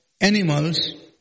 animals